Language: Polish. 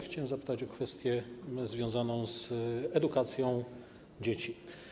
Chciałem zapytać o kwestię związaną z edukacją dzieci.